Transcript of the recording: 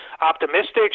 optimistic